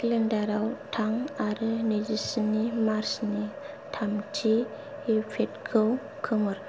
केलेन्डाराव थाम आरो नैजि स्नि मार्चनि थामथि इभेन्टखौ खोमोर